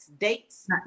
Dates